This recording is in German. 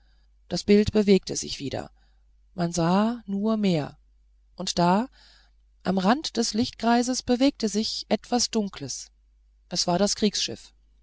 das bild bewegte sich wieder man sah nur meer und da am rand des lichtkreises bewegte sich etwas dunkles es war das kriegsschiff